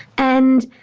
and,